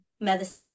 medicine